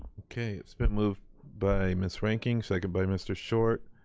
okay, it's been moved by miss reinking, second by mr. short.